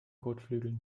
kotflügeln